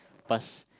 pass